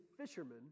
fisherman